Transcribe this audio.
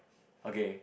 okay